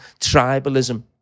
tribalism